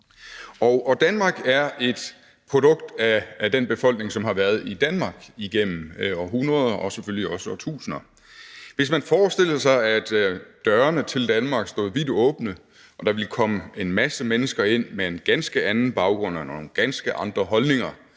Danmark er et produkt af den befolkning, som har været i Danmark igennem århundreder og selvfølgelig også årtusinder. Hvis man forestillede sig, at dørene til Danmark stod vidt åbne og der ville komme en masse mennesker ind med en ganske anden baggrund og nogle ganske andre holdninger,